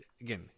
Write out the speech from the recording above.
again